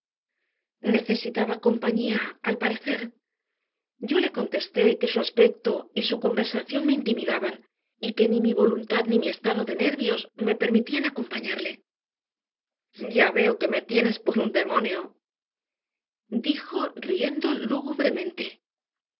necesitaba compañía al parecer yo le contesté que su aspecto y su conversación me intimidaban y que ni mi voluntad ni mi estado de nervios me permitían acompañarle ya veo que me tienes por un demonio dijo riendo